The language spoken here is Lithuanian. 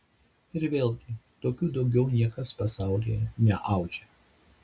ir vėlgi tokių daugiau niekas pasaulyje neaudžia